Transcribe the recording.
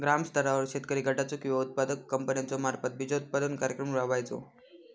ग्रामस्तरावर शेतकरी गटाचो किंवा उत्पादक कंपन्याचो मार्फत बिजोत्पादन कार्यक्रम राबायचो?